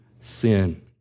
sin